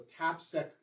Tapsec